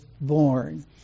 born